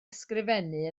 ysgrifennu